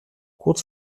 kurz